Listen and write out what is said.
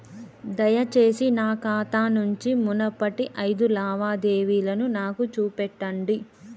దయచేసి నా ఖాతా నుంచి మునుపటి ఐదు లావాదేవీలను నాకు చూపెట్టండి